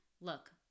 Look